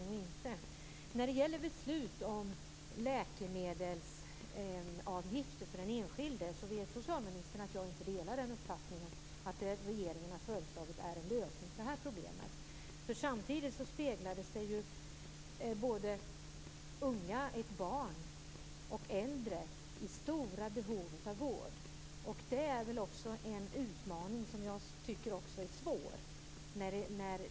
Fru talman! Det är bra att socialministern erkänner att detta är alarmerande om det är sanning. Det är väl upp till oss politiker att försöka se vad som är sanning eller ej. Socialministern vet att jag inte delar uppfattningen om att beslutet om läkemedelsavgifter för den enskilde är en lösning på detta problem. Unga, barn och äldre kan ha stora behov av vård.